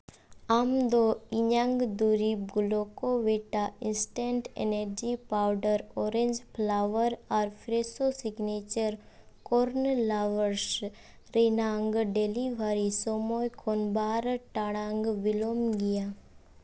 ᱟᱢ ᱫᱚ ᱤᱧᱟᱹᱜ ᱫᱩᱨᱤᱵ Glucovita instant energy powder orange flavour ᱟᱨ ᱯᱷᱨᱮᱥᱚ ᱥᱤᱜᱽᱱᱮᱪᱟᱨ ᱠᱚᱨᱱᱚ ᱞᱟᱵᱟᱣᱟᱥ ᱨᱮᱱᱟᱜ ᱰᱮᱞᱤᱵᱷᱟᱨᱤ ᱥᱚᱢᱚᱭ ᱠᱷᱚᱱ ᱵᱟᱨ ᱴᱟᱲᱟᱝ ᱵᱤᱞᱚᱢ ᱜᱮᱭᱟ